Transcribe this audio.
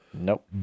Nope